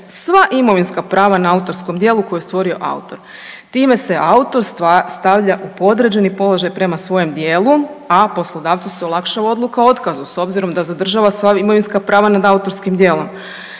sva imovinska prava na autorskom djelu koje je stvorio autor. Time se autor stavlja u podređeni položaj prema svojem dijelu, a poslodavcu se olakšava odluka o otkazu s obzirom da zadržava sva imovinska prava nad autorskim djelom.